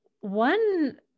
one